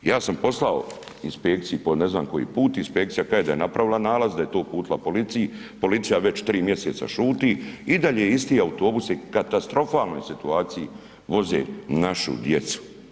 Ja sam poslao inspekciji po ne znam koji put, inspekcija kaže da je napravila nalaz, da je to uputila policiji, policija već tri mjeseca šuti i dalje isti autobusi u katastrofalnoj situaciji voze našu djecu.